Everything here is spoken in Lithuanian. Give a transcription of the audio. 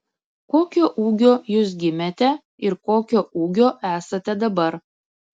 kokio ūgio jūs gimėte ir kokio ūgio esate dabar